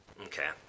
Okay